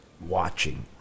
watching